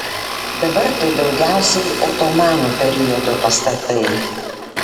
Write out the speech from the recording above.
dabar tai daugiausiai otomanų periodo pastatai